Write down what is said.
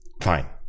Fine